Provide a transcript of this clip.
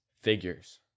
figures